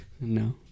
No